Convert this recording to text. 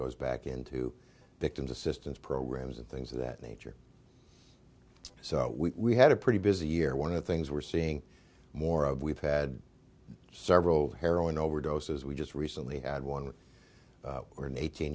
goes back into victims assistance programs and things of that nature so we had a pretty busy year one of the things we're seeing more of we've had several heroin overdoses we just recently had one with an eighteen